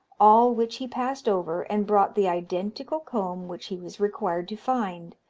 all which he passed over, and brought the identical comb which he was required to find,